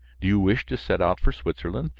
do you wish to set out for switzerland?